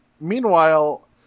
meanwhile